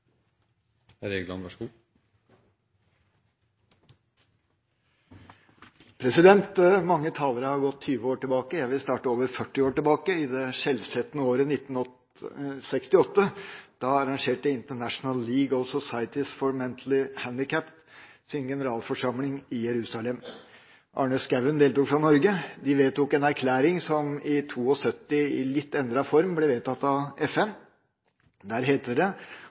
Mange talere har gått 20 år tilbake, jeg vil starte over 40 år tilbake, i det skjellsettende året 1968. Da arrangerte International League of Societies for Mentally Handicapped sin generalforsamling i Jerusalem. Arne Skouen deltok fra Norge. De vedtok en erklæring som i 1972 i en litt endret form ble vedtatt av FN. Der heter det: